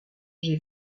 j’ai